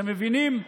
אתם מבינים?